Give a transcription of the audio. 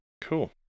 Cool